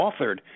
authored